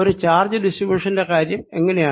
ഒരു ചാർജ് ഡിസ്ട്രിബ്യുഷന്റെ കാര്യം എങ്ങിനെയാണ്